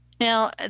Now